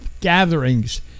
gatherings